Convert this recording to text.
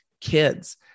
kids